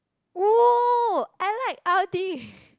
!whoo! I like Audi